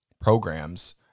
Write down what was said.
Programs